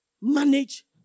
manage